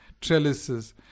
trellises